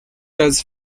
has